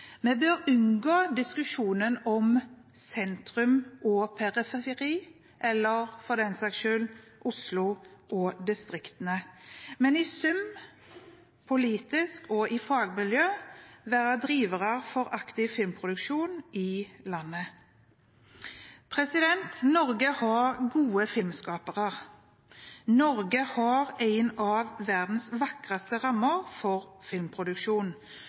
Vi bør unngå diskusjoner som handler om sentrum og periferi, eller for den saks skyld Oslo og distriktene, men i sum – politisk og i fagmiljøet – være pådrivere for aktiv filmproduksjon i landet. Norge har gode filmskapere. Norge har en av verdens vakreste rammer for filmproduksjon.